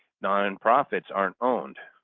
non-profits aren't owned.